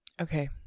okay